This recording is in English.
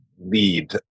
lead